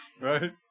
Right